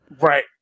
right